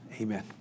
amen